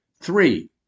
Three